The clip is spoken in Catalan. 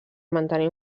mantenir